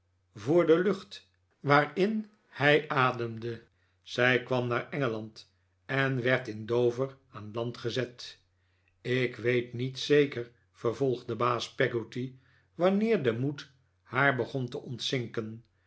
voor de lucht waarin hij ademde zij kwam naar engeland en werd in dover aan land gezet ik weet niet zeker vervolgde baas peggotty wanneer de moed haar begon te ontzinken